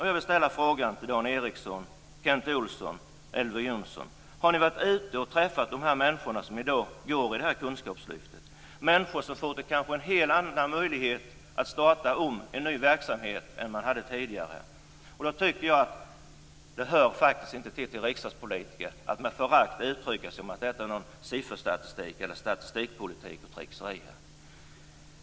Jag vill fråga Dan Ericsson, Kent Olsson och Elver Jonsson: Har ni varit ute och träffat de människor som i dag omfattas av kunskapslytet - människor som kanske fått helt andra möjligheter att starta om med en annan verksamhet än de tidigare hade? Det hör faktiskt inte till en riksdagspolitiker att med förakt uttrycka sig som att detta är sifferstatistik, statistikpolitik eller tricksande.